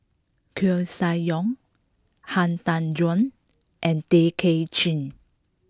Koeh Sia Yong Han Tan Juan and Tay Kay Chin